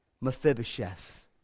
Mephibosheth